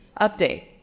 update